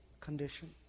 condition